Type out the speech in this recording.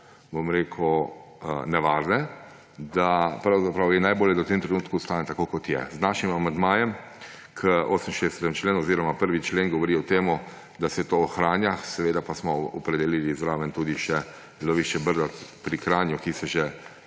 in nevarne, da pravzaprav je najbolje, da v tem trenutku ostane tako, kot je. Z našim amandmajem k 68. členu oziroma 1. člen govori o tem, da se to ohranja, seveda pa smo opredelili zraven tudi še lovišče Brdo pri Kranju, ki že